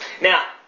Now